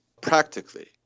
practically